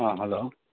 ꯑꯥ hello